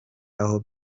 aho